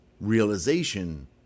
realization